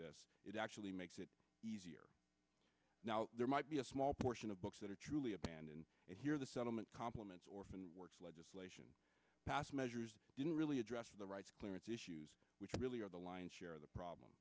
this it actually makes it easier now there might be a small portion of books that are truly abandoned here the settlement complements orphan works legislation passed measures didn't really address the rights clearance issues which really are the lion's share of the problem